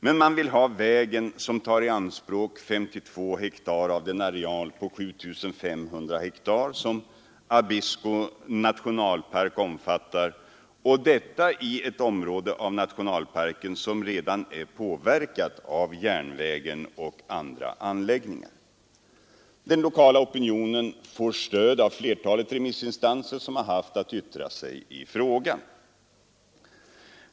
Men man vill ha den väg som skulle ta i anspråk 52 hektar av den areal på 7500 hektar som Abisko nationalpark omfattar, i ett område av nationalparken som redan är påverkat av järnvägen och av andra anläggningar. Den lokala opinionen får stöd av flertalet remissinstanser som har haft att yttra sig i frågan.